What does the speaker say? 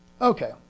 Okay